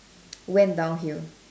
went down hill